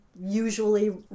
usually